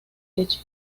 leche